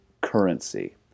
currency